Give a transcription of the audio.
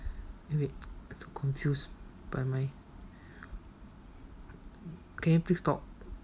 oh wait confused by my can you please stop